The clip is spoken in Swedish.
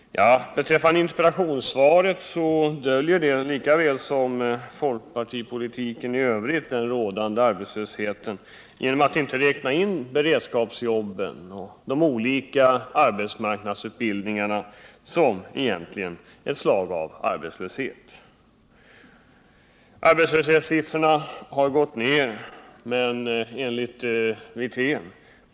I interpellationssvaret, liksom i folkpartipolitiken i övrigt, döljer man den rådande arbetslösheten genom att inte räkna in beredskapsarbetena och de olika arbetsmarknadsutbildningarna, som egentligen är ett slags arbetslöshet. Arbetslöshetssiffrorna har gått ned enligt Rolf Wirtén.